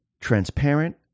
transparent